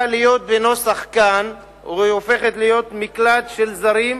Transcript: להיות בנוסח קאן והופכת להיות מקלט של זרים,